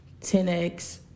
10x